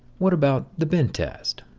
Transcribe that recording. what about the bend test?